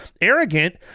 arrogant